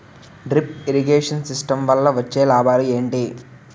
Drip irrigation system వల్ల వచ్చే లాభాలు ఏంటి?